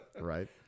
Right